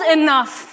enough